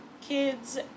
kids